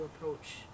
approach